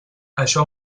això